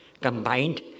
combined